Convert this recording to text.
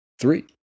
Three